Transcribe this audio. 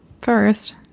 First